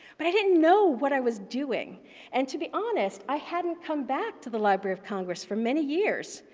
but i didn't know what i was doing and to be honest, i hadn't come back to the library of congress for many years,